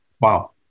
wow